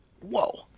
Whoa